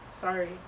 Sorry